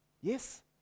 Yes